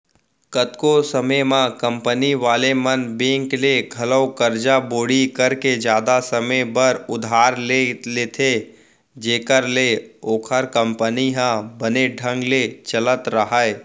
कतको समे म कंपनी वाले मन बेंक ले घलौ करजा बोड़ी करके जादा समे बर उधार ले लेथें जेखर ले ओखर कंपनी ह बने ढंग ले चलत राहय